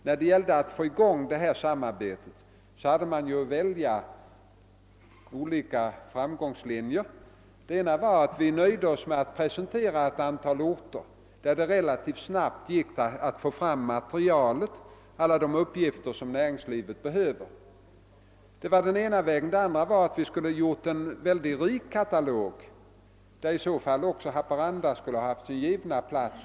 När det gällde att få i gång samarbetet hade vi att välja mellan olika framgångslinjer. Den ena var att nöja oss med att presentera ett antal orter, om vilka det gick att få fram materialet relativt snabbt. Den andra vägen var att göra en mycket omfattande katalog — dubbelt så stor eller någonting sådant — där i så fall Haparanda skulle ha haft sin givna plats.